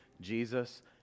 Jesus